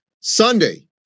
Sunday